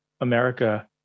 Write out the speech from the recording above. America